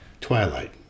Twilight